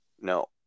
No